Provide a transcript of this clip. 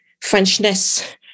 Frenchness